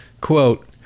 Quote